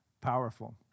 powerful